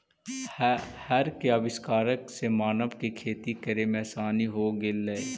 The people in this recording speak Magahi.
हर के आविष्कार से मानव के खेती करे में आसानी हो गेलई